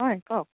হয় কওক